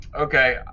Okay